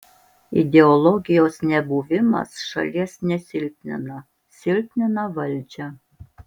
ideologijos nebuvimas šalies nesilpnina silpnina valdžią